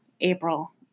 April